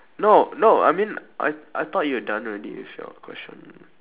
no no I mean I I thought you were done already with your question